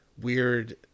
weird